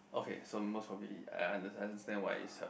okay so most probably I I understand why is twelve